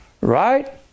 Right